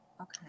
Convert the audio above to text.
Okay